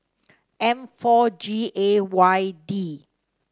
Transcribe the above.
M four G A Y D